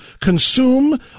consume